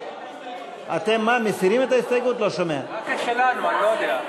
איימן עודה, מסעוד גנאים, ג'מאל זחאלקה,